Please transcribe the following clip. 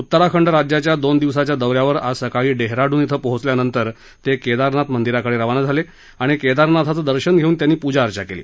उतराखंड राज्याच्या दोन दिवसाच्या दौ यावर आज सकाळी डेहराडून इथं पोहचल्यानंतर ते केदारनाथ मंदिराकडे रवाना झाले आणि केदारनाथाचं दर्शन घेऊन त्यांनी पूजाअर्चा केली